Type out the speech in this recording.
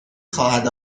خواهد